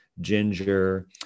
ginger